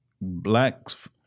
blacks